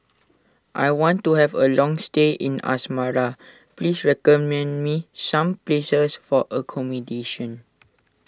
I want to have a long stay in Asmara please recommend me some places for accommodation